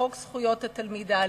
לחוק זכויות התלמיד האלים.